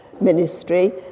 ministry